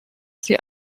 sie